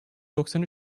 doksan